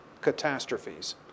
catastrophes